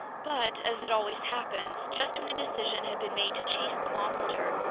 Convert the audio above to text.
but, as it always happens, just when a decision had been made to chase the monster,